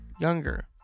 younger